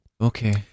Okay